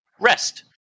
rest